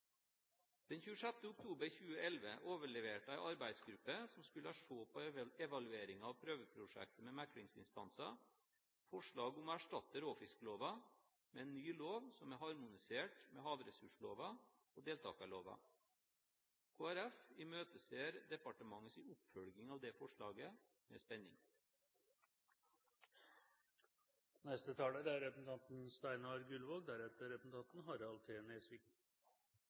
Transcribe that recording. oktober 2011 overleverte en arbeidsgruppe, som skulle se på evalueringen av prøveprosjektet med meklingsinstanser, forslag om å erstatte råfiskloven med en ny lov som er harmonisert med havressursloven og deltakerloven. Kristelig Folkeparti imøteser departementets oppfølging av det forslaget med spenning. Beklageligvis er